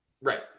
Right